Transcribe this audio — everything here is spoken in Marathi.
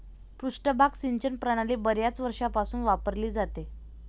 पृष्ठभाग सिंचन प्रणाली बर्याच वर्षांपासून वापरली जाते